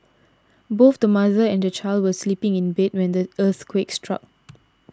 both the mother and the child were sleeping in bed when the earthquake struck